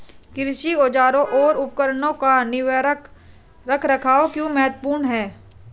कृषि औजारों और उपकरणों का निवारक रख रखाव क्यों महत्वपूर्ण है?